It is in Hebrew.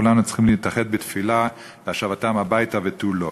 כולנו צריכים להתאחד בתפילה להשבתם הביתה ותו לא.